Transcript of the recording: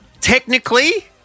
technically